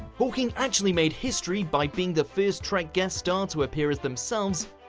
hawking actually made history by being the first trek guest star to appear as themselves,